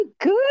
good